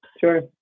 Sure